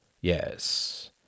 Yes